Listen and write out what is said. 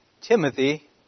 Timothy